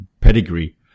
pedigree